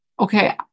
okay